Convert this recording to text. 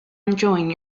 enjoying